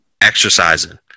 exercising